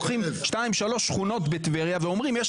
לוקחים שתיים או שלוש שכונות בטבריה ואומרים שיש